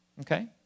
Okay